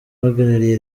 uhagarariye